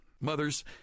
Mothers